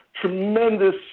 tremendous